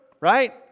right